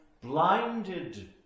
blinded